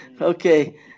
Okay